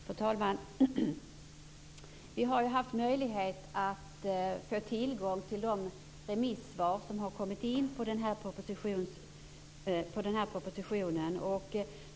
Fru talman! Vi har ju haft möjlighet att få tillgång till de remissvar på propositionen som har kommit in.